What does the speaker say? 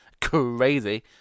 crazy